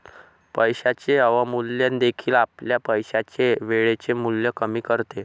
पैशाचे अवमूल्यन देखील आपल्या पैशाचे वेळेचे मूल्य कमी करते